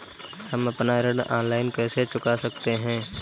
हम अपना ऋण ऑनलाइन कैसे चुका सकते हैं?